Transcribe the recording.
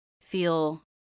feel